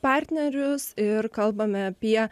partnerius ir kalbame apie